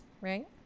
right